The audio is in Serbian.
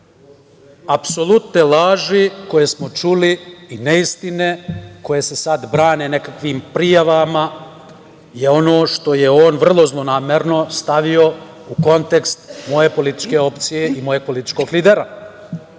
Apsolutne laže koje smo čuli i neistine koje se sada brane nekakvim prijavama je ono što je on vrlo zlonamerno stavio u kontekst moje političke opcije i mog političkog lidera. Ne